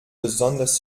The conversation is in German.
besonders